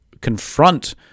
confront